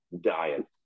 dying